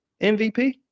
MVP